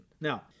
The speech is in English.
Now